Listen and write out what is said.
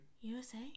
USA